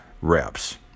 reps